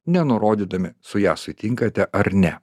nenurodydami su ja sutinkate ar ne